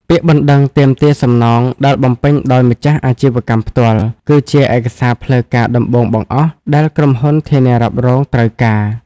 ពាក្យបណ្ដឹងទាមទារសំណង ដែលបំពេញដោយម្ចាស់អាជីវកម្មផ្ទាល់ គឺជាឯកសារផ្លូវការដំបូងបង្អស់ដែលក្រុមហ៊ុនធានារ៉ាប់រងត្រូវការ។